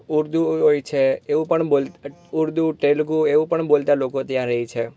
ઉર્દૂ હોય છે એવું પણ ઉર્દૂ તેલુગુ એવું પણ બોલતા લોકો ત્યાં રહે છે